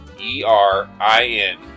E-R-I-N